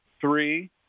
three